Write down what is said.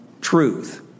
truth